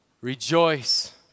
rejoice